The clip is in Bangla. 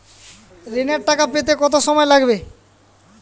ঋণের টাকা পেতে কত সময় লাগবে?